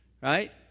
right